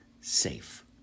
safe